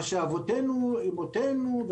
מה שאימותינו,